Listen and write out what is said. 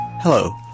Hello